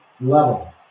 level